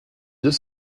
deux